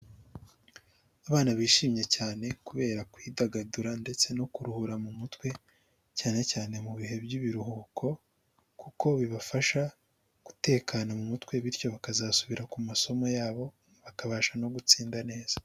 Abana bishimye cyane kubera kwidagadura ndetse no kuruhura mu mutwe cyane cyane mu bihe by'ibiruhuko; kuko bibafasha gutekana mu mutwe bityo bakazasubira ku masomo yabo bakabasha no gutsinda neza.